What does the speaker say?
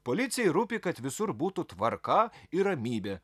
policijai rūpi kad visur būtų tvarka ir ramybė